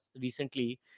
recently